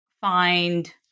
find